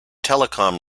telecom